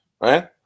right